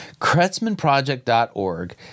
KretzmanProject.org